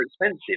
expensive